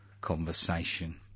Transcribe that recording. conversation